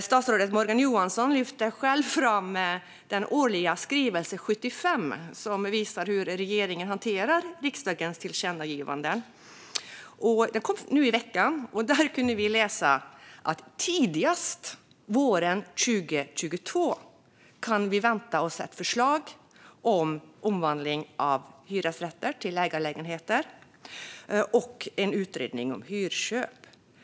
Statsrådet Morgan Johansson lyfter själv fram den årliga skrivelsen 75, som visar hur regeringen hanterar riksdagens tillkännagivanden; den kom nu i veckan. Där kunde vi läsa att vi tidigast våren 2022 kan vänta oss ett förslag om omvandling av hyresrätter till ägarlägenheter och en utredning om hyrköp.